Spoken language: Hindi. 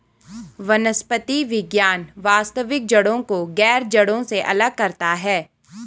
वनस्पति विज्ञान वास्तविक जड़ों को गैर जड़ों से अलग करता है